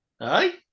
Aye